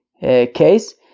case